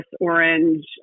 Orange